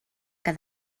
que